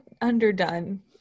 underdone